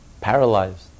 Paralyzed